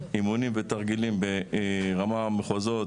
אימונים ותרגילים ברמת מחוזות,